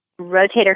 rotator